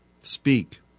speak